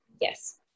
Yes